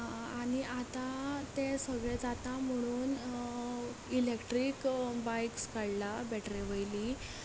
आनी आतां तें सगलें जाता म्हणून इलेक्ट्रीक्स बायक्स काडला बॅटरे वयली